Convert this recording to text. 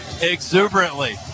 exuberantly